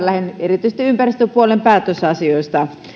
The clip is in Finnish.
erityisesti ympäristöpuolen päätösasioista